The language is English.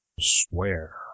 swear